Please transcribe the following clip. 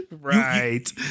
Right